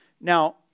Now